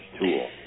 tool